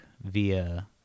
via